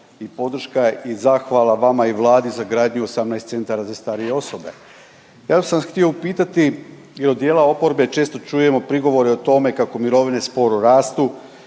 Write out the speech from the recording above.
i podrška i zahvala vama i Vladi za gradnju 18 centara za starije osobe. Ja sam vas htio upitati i od dijela oporbe često čujemo prigovore o tome kako mirovine sporu rastu,